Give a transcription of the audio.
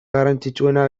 garrantzitsuena